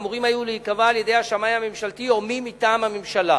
אמורים היו להיקבע על-ידי השמאי הממשלתי או מי מטעם הממשלה.